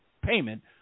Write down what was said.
payment